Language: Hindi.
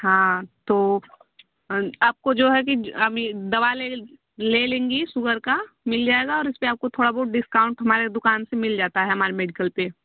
हाँ तो आपको जो है कि आप यह दवा ले ले लेंगी सुगर का मिल जाएगा और इस पर आपको थोड़ा बहुत डिस्काउंट हमारे दुकान से मिल जाता है हमारे मेडिकल पर